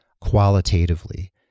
qualitatively